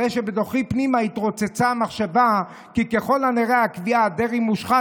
הרי שבתוכי פנימה התרוצצה המחשבה כי ככל הנראה הקביעה: דרעי מושחת,